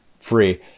free